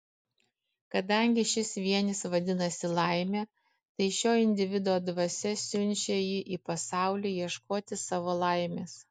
kadangi šis vienis vadinasi laimė tai šio individo dvasia siunčia jį į pasaulį ieškoti savo laimės